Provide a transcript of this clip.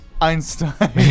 Einstein